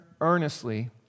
earnestly